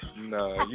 no